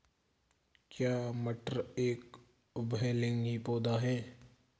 क्या मटर एक उभयलिंगी पौधा है?